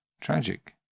tragic